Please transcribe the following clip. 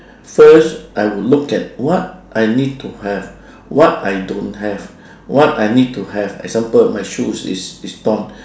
first I would look at what I need to have what I don't have what I need to have example my shoes is is torn